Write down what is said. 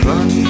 Run